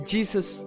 Jesus